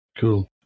Cool